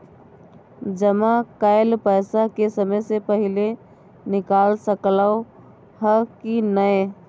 जमा कैल पैसा के समय से पहिले निकाल सकलौं ह की नय?